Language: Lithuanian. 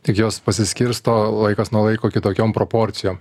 tik jos pasiskirsto laikas nuo laiko kitokiom proporcijom